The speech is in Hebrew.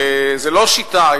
זה לא שיטה,